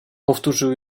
powtórzył